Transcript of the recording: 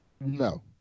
no